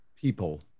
people